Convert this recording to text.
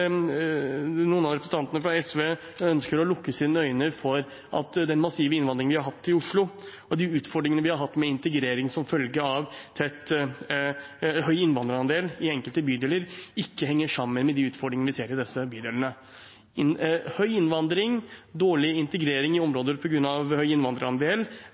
noen av representantene fra SV ønsker å lukke sine øyne for at den massive innvandringen vi har hatt i Oslo, og utfordringene vi har hatt med integrering som følge av høy innvandrerandel i enkelte bydeler, ikke henger sammen med utfordringene vi ser i disse bydelene. Høy innvandring og dårlig integrering i områder på grunn av høy innvandrerandel